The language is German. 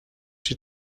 die